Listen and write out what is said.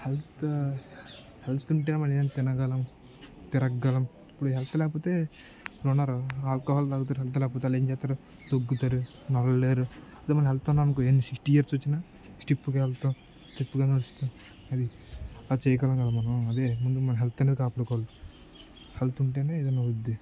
health health ఉంటే మన ఏం తినగలం తిరగగలం ఇప్పుడు హెల్త్ లేకపోతేన్నారు ఆల్కహాల్ తాగుతారు హెల్త్ లేకపోతే అలా ఏం చేస్తారు దగ్గుతారు నడవలేరు అదే మన హెల్త్ ఉంది అనుకో ఎన్ని సిక్స్టీ ఇయర్స్ వచ్చిన స్టిఫ్గా వెళ్తాం స్టిఫ్గా వెళ్తాం అది అలా చేయగలం కదా మనం అదే ముందు మన హెల్త్ అనేది కాపాడుకోవాలి హెల్త్ ఉంటేనే ఏదైనా అవుద్దీ